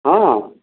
ହଁ